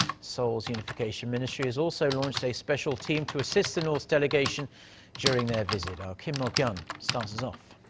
seoul's unification ministry has also launched a special team to assist the north's delegation during their visit. kim mok-yeon starts us off.